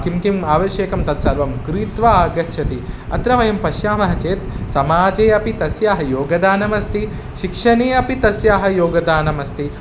किं किम् आवश्यकं तत् सर्वं क्रीत्वा आगच्छति अत्र वयं पश्यामः चेत् समाजे अपि तस्याः योगदानम् अस्ति शिक्षणे अपि तस्याः योगदानमस्ति